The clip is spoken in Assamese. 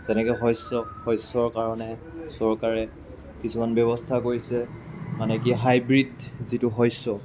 যেনেকৈ শস্য শস্যৰ কাৰণে চৰকাৰে কিছুমান ব্যৱস্থা কৰিছে মানে কি হাইব্ৰিড যিটো শস্য